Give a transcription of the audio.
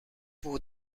pour